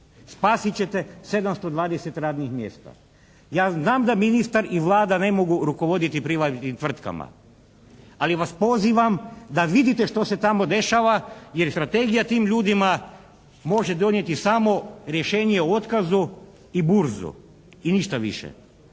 Spasit ćete 720 radnih mjesta. Ja znam da ministar i Vlada ne mogu rukovoditi privatnim tvrtkama ali vas pozivam da vidite što se tamo dešava jer strategija tim ljudima može donijeti samo rješenje o otkazu i burzu i ništa više.